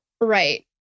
Right